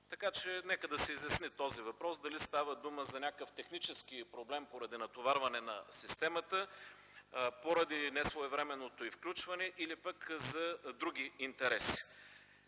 този въпрос да се изясни – дали става дума за някакъв технически проблем, поради натоварването на системата, поради несвоевременното й включване, или пък за други интереси.